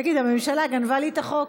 תגיד: הממשלה גנבה לי את החוק.